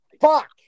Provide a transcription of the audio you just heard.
Fuck